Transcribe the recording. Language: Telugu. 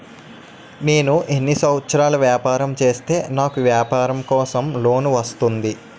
నేను ఎన్ని సంవత్సరాలు వ్యాపారం చేస్తే నాకు వ్యాపారం కోసం లోన్ వస్తుంది?